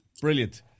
brilliant